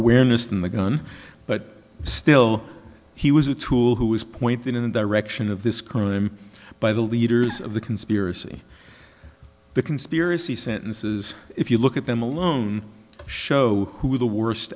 awareness than the gun but still he was a tool who is pointing in the direction of this crime by the leaders of the conspiracy the conspiracy sentences if you look at them alone show who the worst